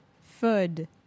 food